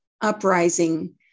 uprising